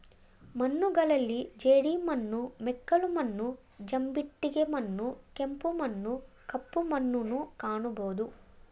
ಮಣ್ಣುಗಳಲ್ಲಿ ಜೇಡಿಮಣ್ಣು, ಮೆಕ್ಕಲು ಮಣ್ಣು, ಜಂಬಿಟ್ಟಿಗೆ ಮಣ್ಣು, ಕೆಂಪು ಮಣ್ಣು, ಕಪ್ಪು ಮಣ್ಣುನ್ನು ಕಾಣಬೋದು